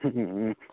ও